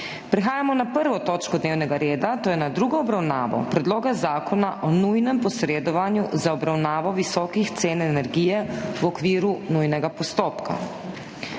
**prekinjeno 1. točko dnevnega reda, to je z drugo obravnavo Predloga zakona o nujnem posredovanju za obravnavo visokih cen energije v okviru nujnega postopka.**